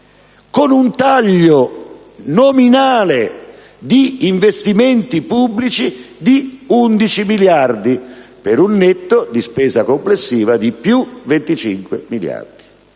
con un taglio nominale di investimenti pubblici di 11 miliardi, per un netto di spesa complessiva di +25 miliardi.